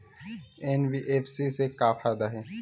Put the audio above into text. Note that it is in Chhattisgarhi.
एन.बी.एफ.सी से का फ़ायदा हे?